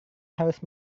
harus